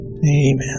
Amen